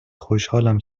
خوشحالم